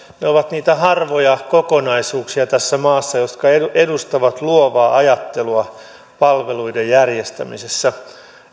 ne ovat niitä harvoja kokonaisuuksia tässä maassa jotka edustavat luovaa ajattelua palveluiden järjestämisessä